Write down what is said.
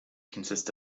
consist